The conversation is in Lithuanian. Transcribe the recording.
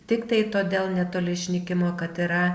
tiktai todėl netoli išnykimo kad yra